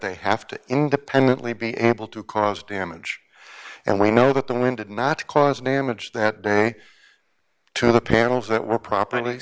they have to independently be able to cause damage and we know that the wind did not cause damage that day to the panels that were properly